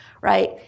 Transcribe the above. right